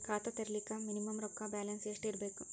ಖಾತಾ ತೇರಿಲಿಕ ಮಿನಿಮಮ ರೊಕ್ಕ ಬ್ಯಾಲೆನ್ಸ್ ಎಷ್ಟ ಇರಬೇಕು?